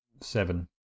Seven